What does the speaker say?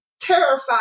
terrified